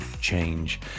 change